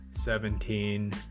Seventeen